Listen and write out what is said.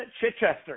Chichester